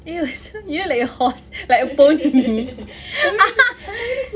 you s~ you look like a horse like a pony